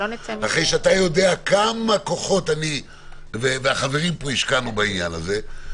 אחרי שאתה יודע כמה כוחות אני והחברים השקענו בעניין הזה.